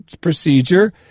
procedure